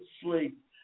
sleep